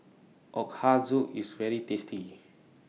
Ochazuke IS very tasty